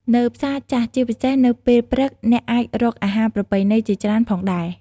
នៅផ្សារចាស់ ជាពិសេសនៅពេលព្រឹក អ្នកអាចរកអាហារប្រពៃណីជាច្រើនផងដែរ ។